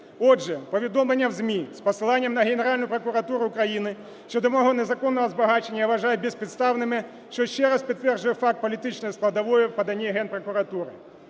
Отже, повідомлення в ЗМІ із посиланням на Генеральну прокуратуру України щодо мого незаконного збагачення я вважаю безпідставними, що ще раз підтверджує факт політичної складової в поданні Генпрокуратури.